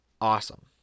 Awesome